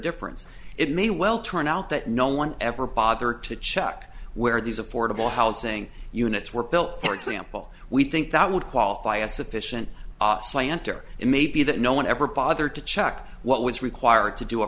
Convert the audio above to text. indifference it may well turn out that no one ever bothered to check where these affordable housing units were built for example we think that would qualify as sufficient scienter it may be that no one ever bothered to check what was required to do a